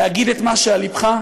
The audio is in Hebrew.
להגיד את מה שעל לבך,